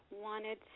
wanted